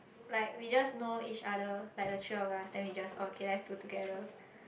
like we just know each other like the three of us then we just okay let's do together